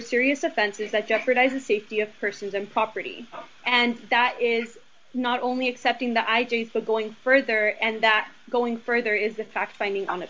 serious offenses that jeopardize the safety of persons and property and that is not only accepting that i do so going further and that going further is a fact finding on